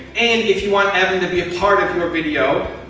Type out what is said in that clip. and if you want evan to be a part of your video,